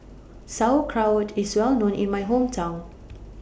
Sauerkraut IS Well known in My Hometown